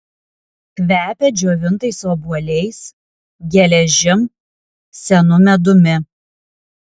kvepia džiovintais obuoliais geležim senu medumi